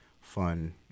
fun